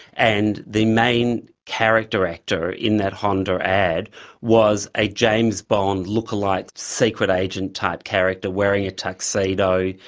and the main character actor in that honda ad was a james bond lookalike secret agent type character wearing a tuxedo,